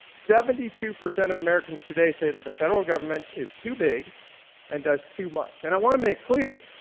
seventy-two percent of americans today say that the federal government is too big and does too much, and i want to make clear,